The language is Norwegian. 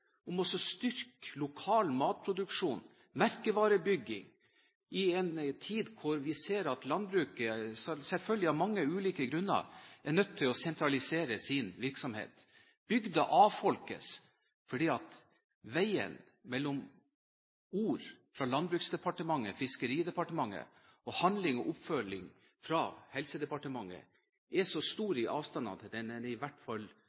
om å styrke lokal matproduksjon og merkevarebygging i en tid da vi ser at landbruket, selvfølgelig av mange ulike grunner, er nødt til å sentralisere sin virksomhet. Bygder avfolkes fordi avstanden mellom ord fra Landbruksdepartementet og Fiskeridepartementet til handling og oppfølging fra Helsedepartementet er så stor at den i hvert fall